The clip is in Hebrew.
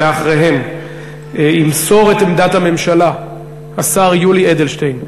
ואחריהם ימסור את עמדת הממשלה השר יולי אדלשטיין.